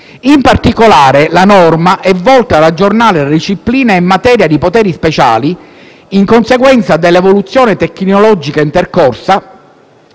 In particolare, la norma è volta ad aggiornare la disciplina in materia di poteri speciali, in conseguenza dell'evoluzione tecnologica intercorsa,